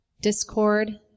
discord